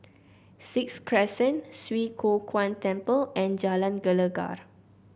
Sixth Crescent Swee Kow Kuan Temple and Jalan Gelegar